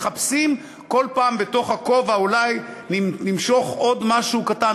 מחפשים כל פעם בכובע: אולי נמשוך עוד משהו קטן,